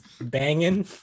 banging